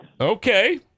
Okay